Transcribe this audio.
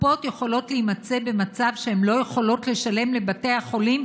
הקופות יכולות להימצא במצב שהן לא יכולות לשלם לבתי החולים,